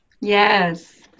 yes